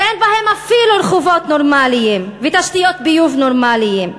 שאין בהן אפילו רחובות נורמליים ותשתיות ביוב נורמליות.